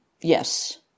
yes